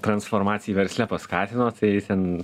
transformaciją versle paskatino tai ten